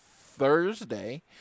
Thursday